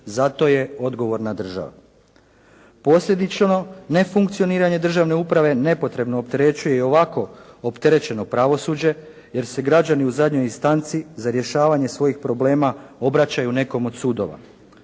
za to je odgovorna država. Posljedično nefunkcioniranje državne uprave nepotrebno opterećuje i ovako opterećeno pravosuđe jer se građani u zadnjoj instanci za rješavanje svojih problema obraćaju nekom od sudova.